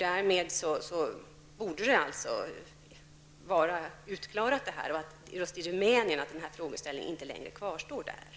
Därmed borde det alltså vara utklarat att frågeställningen inte kvarstår när det gäller Rumänien.